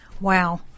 wow